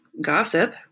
gossip